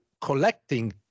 collecting